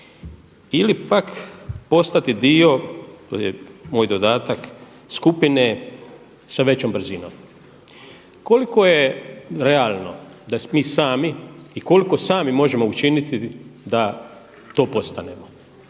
ili pak postati dio – to je moj dodatak – skupine sa većom brzinom. Koliko je realno da mi sami i koliko sami možemo učiniti da to postanemo?